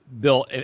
Bill